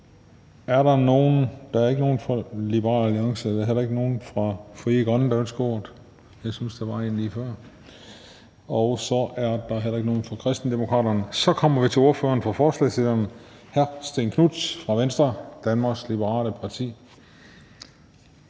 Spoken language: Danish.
er ikke nogen fra Liberal Alliance, der er ikke nogen fra Frie Grønne – jeg synes, der var en lige før – og der er heller ikke nogen fra Kristendemokraterne, der ønsker ordet. Så kommer vi til ordføreren for forslagsstillerne. Hr. Stén Knuth fra Venstre, Danmarks Liberale Parti.